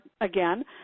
again